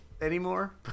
anymore